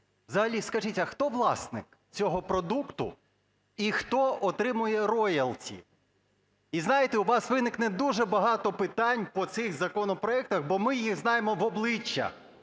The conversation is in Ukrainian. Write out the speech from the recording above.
Взагалі, скажіть: а хто власник цього продукту і хто отримує роялті? І знаєте, у вас виникне дуже багато питань по цих законопроектах, бо ми їх знаємо в обличчя,